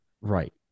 Right